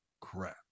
crap